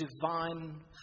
divine